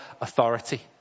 authority